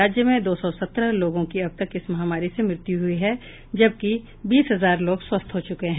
राज्य में दो सौ सत्रह लोगों की अब तक इस महामारी से मृत्यु हुई है जबकि लगभग बीस हजार लोग स्वस्थ हो चुके हैं